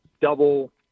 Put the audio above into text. double